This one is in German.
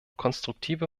konstruktive